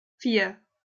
vier